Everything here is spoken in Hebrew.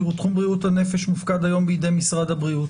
תחום בריאות הנפש מופקד היום בידי משרד הבריאות,